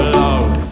love